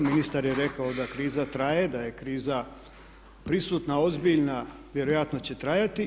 Ministar je rekao da kriza traje, da je kriza prisutna, ozbiljna, vjerojatno će trajati.